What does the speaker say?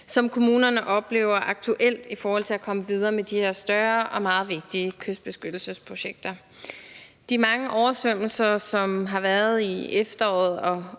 som kommunerne oplever aktuelt i forhold til at komme videre med de her større og meget vigtige kystbeskyttelsesprojekter. De mange oversvømmelser, som har været i efteråret og